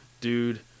dude